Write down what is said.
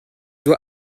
dois